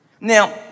Now